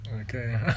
Okay